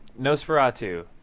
Nosferatu